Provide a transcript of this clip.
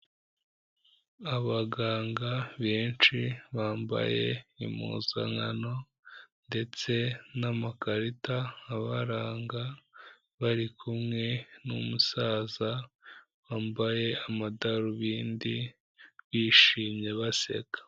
Abaganga benshi bambaye impuzankano ndetse n'amakarita abaranga, bari kumwe n'umusaza wambaye amadarubindi, bishimye baseka.